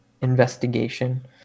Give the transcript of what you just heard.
investigation